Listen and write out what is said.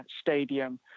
stadium